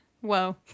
whoa